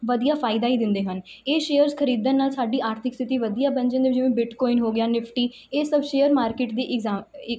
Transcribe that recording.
ਵਧੀਆ ਫਾਇਦਾ ਹੀ ਦਿੰਦੇ ਹਨ ਇਹ ਸ਼ੇਅਰਸ ਖਰੀਦਣ ਨਾਲ ਸਾਡੀ ਆਰਥਿਕ ਸਥਿਤੀ ਵਧੀਆ ਬਣ ਜਾਂਦੀ ਜਿਵੇਂ ਬਿਟਕੋਇਨ ਹੋ ਗਿਆ ਨਿਫਟੀ ਇਹ ਸਭ ਸ਼ੇਅਰ ਮਾਰਕੀਟ ਦੀ ਇਗਜ਼ਾ ਇੱਕ